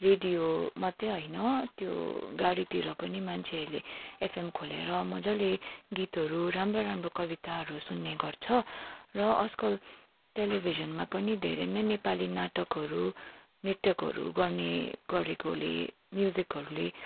radio मात्रै होइन त्यो गाडीतिर पनि मान्छेहरूले एफएम खोलेर मज्जाले गीतहरू राम्रो राम्रो कविताहरू सुन्ने गर्छ र आजकल टेलिभिजनमा पनि धेरै नै नेपाली नाटकहरू नाटकहरू गर्ने गरेकोले म्युजिकहरूले